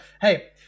Hey